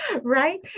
Right